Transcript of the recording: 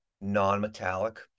non-metallic